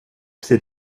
till